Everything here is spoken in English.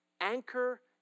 Anchor